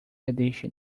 edition